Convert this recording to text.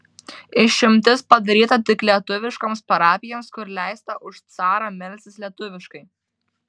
išimtis padaryta tik lietuviškoms parapijoms kur leista už carą melstis lietuviškai